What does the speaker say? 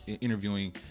interviewing